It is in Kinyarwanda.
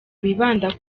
bibanda